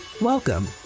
welcome